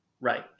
Right